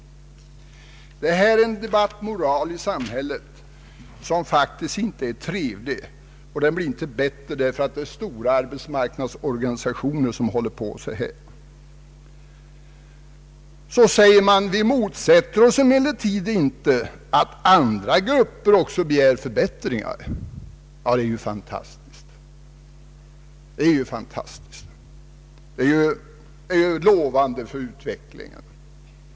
Det gäller här en debattmoral i samhället som faktiskt inte är trevlig och som inte blir bättre av att stora arbetsmarknadsorganisationer avger sådana yttranden som här skett. TCO säger vidare att man inte motsätter sig att andra grupper också begär förbättringar. Det är ju fantastiskt. Det är lovande för utvecklingen.